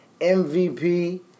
MVP